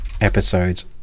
episodes